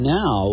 now